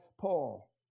Paul